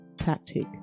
tactic